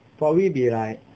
probably be like